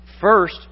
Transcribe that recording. First